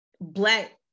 Black